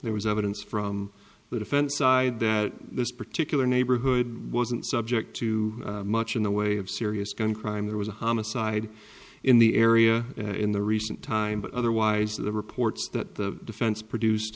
there was evidence from the defense side that this particular neighborhood wasn't subject to much in the way of serious gun crime there was a homicide in the area in the recent time but otherwise of the reports that the defense produced